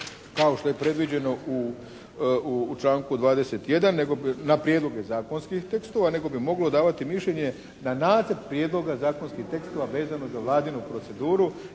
kao što je predviđeno u članku 21. na prijedlog zakonski u tekstu nego bi moglo davati mišljenje na nacrt prijedloga zakonskih tekstova vezano za vladinu proceduru